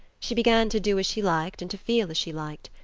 she began to do as she liked and to feel as she liked.